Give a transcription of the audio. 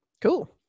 Cool